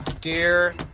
Dear